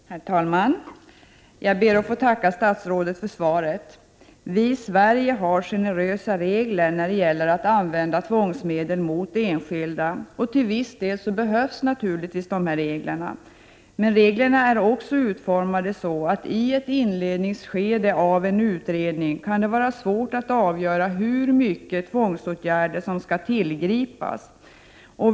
Herr talman! Jag ber att få tacka statsrådet för svaret. Vii Sverige har generösa regler när det gäller att använda tvångsmedel mot enskilda, och till viss del behövs naturligtvis dessa regler. Men reglerna är också utformade så att det i ett inledningsskede av en utredning kan vara svårt att avgöra hur mycket tvångsåtgärder som skall tillgripas.